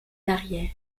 l’arrière